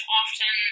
often